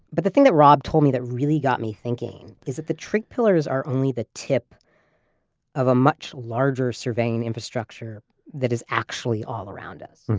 but the thing that rob told me that really got me thinking is that the trig pillars are only the tip of a much larger surveying infrastructure that is actually all around us.